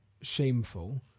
shameful